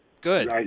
Good